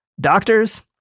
Doctors